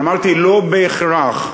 אני אמרתי: לא בהכרח.